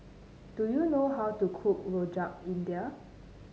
do you know how to cook Rojak India